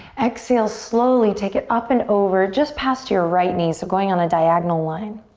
exhale, slowly take it up and over just past your right knee, so going on a diagonal line.